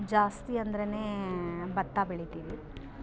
ಜಾಸ್ತಿ ಅಂದರೆ ಭತ್ತ ಬೆಳಿತೀವಿ